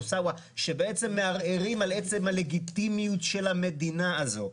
מוסאוא שבעצם מערערים על עצם הלגיטימיות של המדינה הזו.